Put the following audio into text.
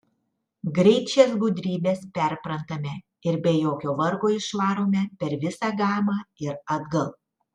greit šias gudrybes perprantame ir be jokio vargo išvarome per visą gamą ir atgal